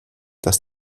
dass